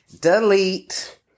Delete